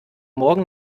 morgen